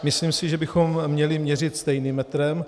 Myslím si, že bychom měli měřit stejným metrem.